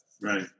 Right